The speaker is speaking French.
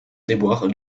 déboires